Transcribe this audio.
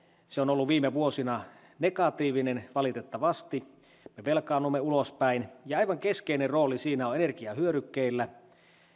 se on ollut viime vuosina negatiivinen valitettavasti me velkaannumme ulospäin ja aivan keskeinen rooli siinä on energiahyödykkeillä